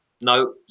no